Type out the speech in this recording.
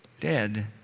dead